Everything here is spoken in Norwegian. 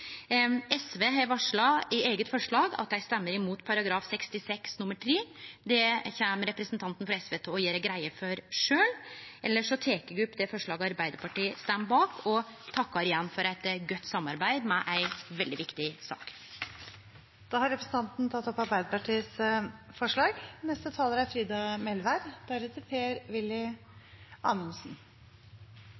SV har varsla, i eige forslag, at dei stemmer imot § 66 nr. 3. Det kjem representanten frå SV til å gjere greie for sjølv. Elles tek eg opp det forslaget Arbeidarpartiet står bak, og takkar igjen for eit godt samarbeid i ei veldig viktig sak. Representanten Lene Vågslid har tatt opp